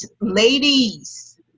Ladies